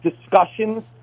discussions